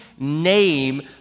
Name